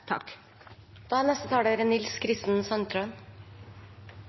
mellomtida er neste talar